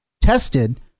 tested